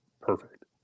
perfect